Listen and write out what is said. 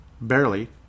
Barely